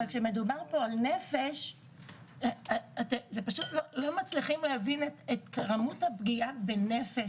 אבל כשמדובר על נפש זה פשוט לא מצליחים להבין את כמות הפגיעה בנפש,